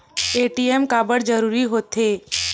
ATM काबर जरूरी हो थे?